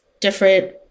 different